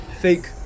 fake